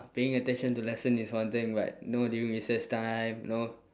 paying attention to lesson is one thing but know during recess time you know